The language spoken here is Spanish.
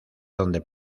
donde